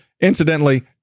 Incidentally